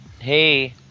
hey